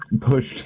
pushed